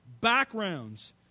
backgrounds